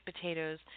potatoes